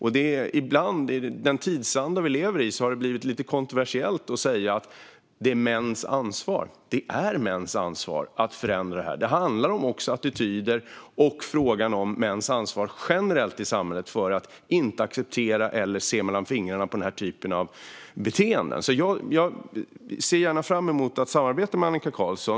I den tidsanda vi lever i har det ibland blivit lite kontroversiellt att säga att det är mäns ansvar, men det är mäns ansvar att förändra detta. Det handlar om attityder och frågan om mäns ansvar generellt i samhället för att inte acceptera eller se mellan fingrarna med denna typ av beteende. Jag ser fram emot att samarbeta med Annika Qarlsson.